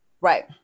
Right